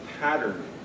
pattern